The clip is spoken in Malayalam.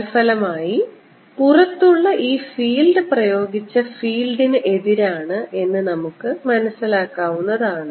തൽഫലമായി പുറത്തുള്ള ഈ ഫീൽഡ് പ്രയോഗിച്ച ഫീൽഡിന് എതിരാണ് എന്ന് നമുക്ക് മനസ്സിലാക്കാവുന്നതാണ്